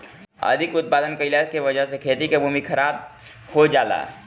अधिक उत्पादन कइला के वजह से खेती के भूमि खराब हो जाला